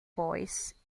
boys